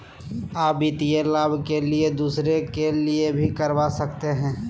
आ वित्तीय लाभ के लिए दूसरे के लिए भी करवा सकते हैं?